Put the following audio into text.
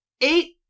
eight